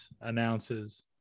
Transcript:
announces